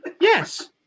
Yes